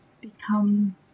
become